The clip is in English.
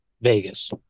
Vegas